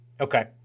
okay